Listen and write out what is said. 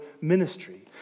ministry